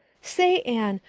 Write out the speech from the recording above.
say, anne,